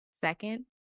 second